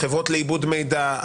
החברות לעיבוד מידע,